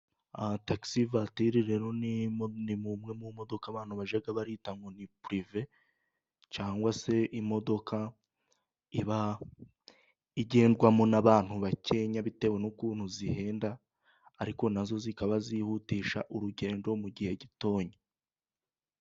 Tagisi Vuwatire rero ni imwe mu modoka abantu bajya bita ngo ni pirive cyangwa se imodoka igendwamo n'abantu bakeya bitewe n'ukuntu zihenda, ariko na zo zikaba zihutisha urugendo mu gihe gitoya.